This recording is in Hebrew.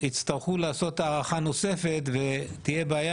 יצטרכו לעשות הארכה נוספת ותהיה בעיה